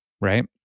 Right